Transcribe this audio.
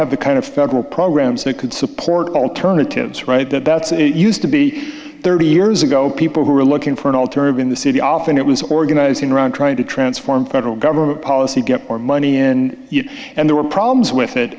have the kind of federal programs that could support alternatives right that's it used to be thirty years ago people who were looking for an alternative in the city often it was organizing around trying to transform federal government policy get more money in and there were problems with it